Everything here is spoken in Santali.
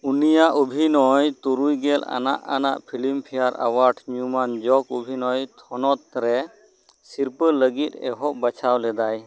ᱩᱱᱤᱭᱟᱜ ᱚᱵᱷᱤᱱᱚᱭ ᱛᱩᱨᱩᱭ ᱜᱮᱞ ᱟᱱᱟᱜ ᱟᱱᱟᱜ ᱯᱷᱤᱞᱤᱢᱯᱷᱮᱭᱟᱨ ᱮᱣᱟᱨᱰ ᱧᱩᱢᱟᱱ ᱡᱚᱜᱚ ᱚᱵᱷᱤᱱᱚᱭ ᱛᱷᱚᱱᱚᱛ ᱨᱮ ᱥᱤᱨᱯᱟᱹ ᱞᱟᱹᱜᱤᱫ ᱮᱦᱚᱵ ᱵᱟᱪᱷᱟᱣ ᱞᱮᱫᱟᱭ